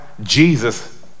Jesus